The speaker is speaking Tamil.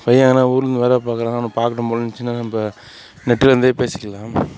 பையன் எங்கள் ஊர்லேருந்து வேலை பார்க்குறான்னா அவனை பார்க்கணும் போல் இருந்துச்சுன்னா நம்ம நெட்லேருந்தே பேசிக்கலாம்